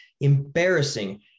embarrassing